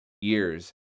years